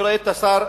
אני רואה את השר,